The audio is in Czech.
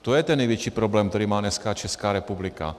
To je ten největší problém, který má dneska Česká republika.